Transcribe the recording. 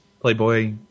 Playboy